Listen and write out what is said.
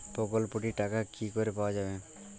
প্রকল্পটি র টাকা কি করে পাওয়া যাবে?